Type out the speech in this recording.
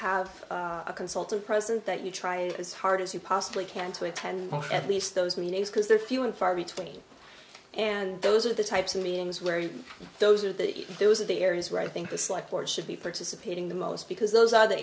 have a consultant present that you try as hard as you possibly can to attend at least those meetings because they're few and far between and those are the types of means werry those are the those are the areas where i think this like or should be participating the most because those are the